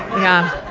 yeah.